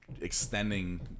extending